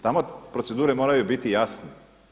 Tamo procedure moraju biti jasne.